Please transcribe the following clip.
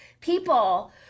people